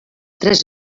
tres